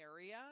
area